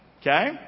Okay